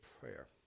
prayer